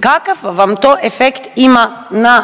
kakav vam to efekt ima na